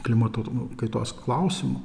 klimato kaitos klausimu